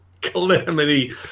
calamity